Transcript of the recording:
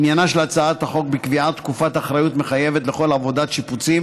עניינה של הצעת החוק בקביעת תקופת אחריות מחייבת לכל עבודת שיפוצים